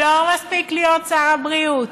לא מספיק להיות שר הבריאות,